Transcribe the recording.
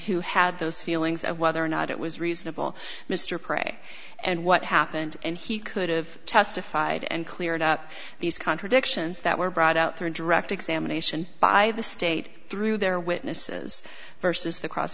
who had those feelings of whether or not it was reasonable mr prey and what happened and he could've testified and cleared up these contradictions that were brought out through direct examination by the state through their witnesses versus the cross